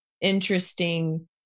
interesting